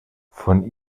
von